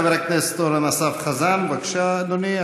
חבר הכנסת אורן אסף חזן, בבקשה, אדוני.